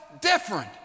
different